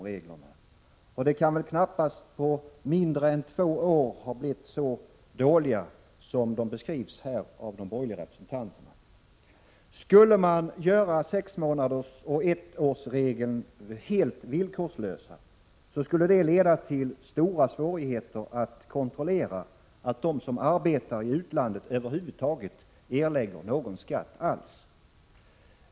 Förhållandena kan väl knappast ha blivit så dåliga på de två år som gått som de borgerliga representanterna beskriver. Skulle man göra sexmånadersregeln och ettårsregeln helt villkorslösa, skulle det leda till stora svårigheter att kontrollera att de som arbetar utomlands över huvud taget erlägger någon skatt.